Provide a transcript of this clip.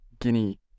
Guinea